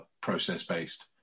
Process-based